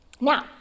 Now